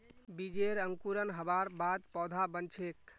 बीजेर अंकुरण हबार बाद पौधा बन छेक